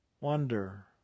Wonder